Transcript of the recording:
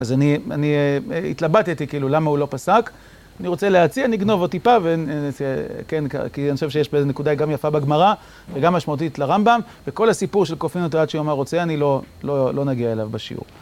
אז אני... אני... התלבטתי, כאילו, למה הוא לא פסק? אני רוצה להציע, נגנוב עוד טיפה, ונ... צ..., כן? כי אני חושב שיש פה איזה נקודה, גם יפה בגמרא, וגם משמעותית לרמב״ם, וכל הסיפור של "כופין אותו עד שיאמר רוצה אני", לא... לא נגיע אליו בשיעור.